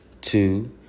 two